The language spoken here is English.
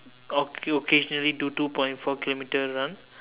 occa~ occasionally do two point four kilometer run